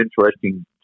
interesting